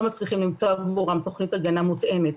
מצליחים למצוא עבורן תוכנית הגנה מותאמת,